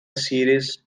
series